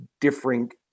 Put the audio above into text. different